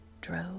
drove